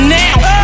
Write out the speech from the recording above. now